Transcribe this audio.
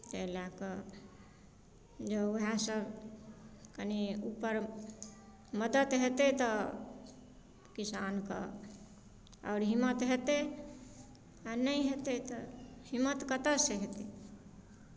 ताहि लए कऽ जँ उएहसभ कनी ऊपर मदति हेतै तऽ किसानकेँ आओर हिम्मत हेतै आ नहि हेतै तऽ हिम्मत कतयसँ हेतै